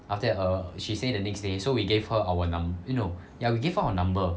after that err she say the next day so we gave her our num~ eh no ya we gave her our number